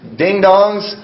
ding-dongs